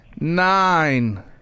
nine